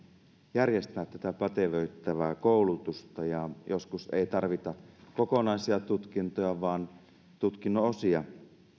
järjestää tätä pätevöittävää koulutusta ja joskus ei tarvita kokonaisia tutkintoja vaan tutkinnon osia